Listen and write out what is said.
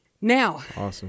now